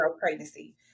pregnancy